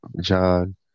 John